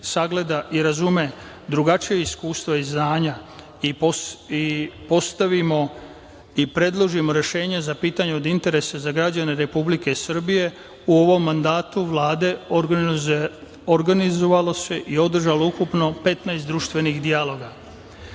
i razume drugačija iskustva i znanja i postavimo i predložimo rešenja za pitanja od interesa za građane Republike Srbije, u ovom mandatu Vlade organizovalo se i održalo ukupno 15 društvenih dijaloga.